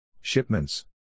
Shipments